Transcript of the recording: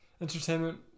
Entertainment